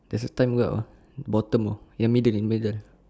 there's a time juga [tau] bottom [tau] yang middle yang middle